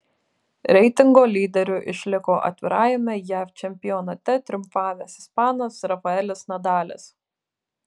reitingo lyderiu išliko atvirajame jav čempionate triumfavęs ispanas rafaelis nadalis